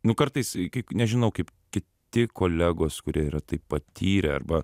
nu kartais iki nežinau kaip kiti kolegos kurie yra tai patyrę arba